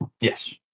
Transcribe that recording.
Yes